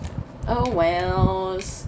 oh wells